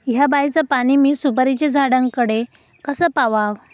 हया बायचा पाणी मी सुपारीच्या झाडान कडे कसा पावाव?